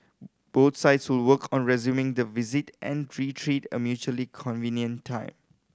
both sides will work on resuming the visit and a mutually convenient time